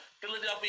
Philadelphia